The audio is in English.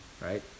right